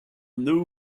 new